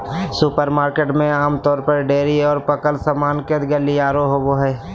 supermarket में आमतौर पर डेयरी और पकल सामान के गलियारा होबो हइ